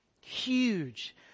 Huge